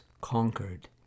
conquered